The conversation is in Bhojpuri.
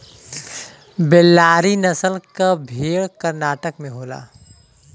बेल्लारी नसल क भेड़ कर्नाटक में होला